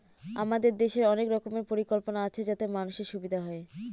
আমাদের দেশের অনেক রকমের পরিকল্পনা আছে যাতে মানুষের সুবিধা হয়